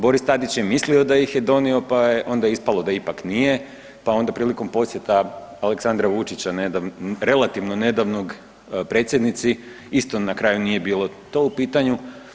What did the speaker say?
Boris Tadić je mislio da ih je donio pa je onda ispalo da ipak nije, pa onda prilikom posjeta Aleksandra Vučića relativno nedavnog predsjednici isto na kraju nije bilo to u pitanju.